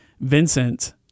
Vincent